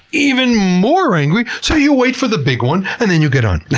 even more angry. so you wait for the big one and then you get on. yeah.